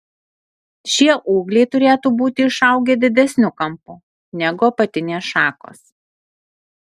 šie ūgliai turėtų būti išaugę didesniu kampu negu apatinės šakos